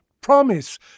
promise